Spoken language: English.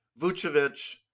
Vucevic